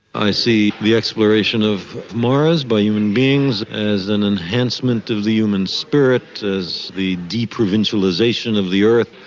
i see the exploration of mars by human beings as an enhancement of the human spirit, as the de-provincialisation of the earth.